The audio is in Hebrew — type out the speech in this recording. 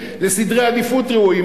לסדרי עדיפות ראויים.